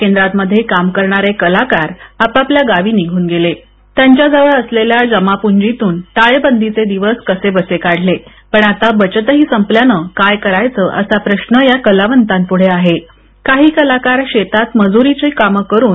केंद्रांमध्ये काम करणारे कलाकार आपआपल्या गावी निघून गेले त्यांच्याजवळ असलेल्या जमा पुंजीतून टाळेबंदीचे दिवस कसेबसे काढले पण आता बचतही संपल्यानं काय करायचं असा प्रश्न या कलावंतांपुढे आहेकाही कलाकार शेतात मजूरीच्या काम करून